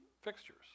fixtures